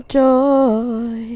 joy